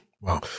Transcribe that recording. Wow